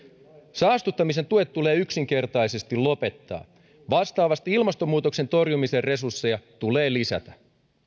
saastuttamisen tuet tulee yksinkertaisesti lopettaa vastaavasti ilmastonmuutoksen torjumisen resursseja tulee lisätä